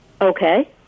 Okay